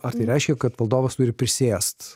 ar tai reiškia kad valdovas turi prisėst